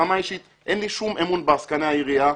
ברמה האישית אין לי שום אמון בעסקני העירייה.